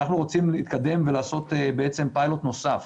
אנחנו רוצים להתקדם ולעשות פיילוט נוסף